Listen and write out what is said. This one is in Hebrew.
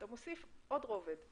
אתה מוסיף עוד רובד,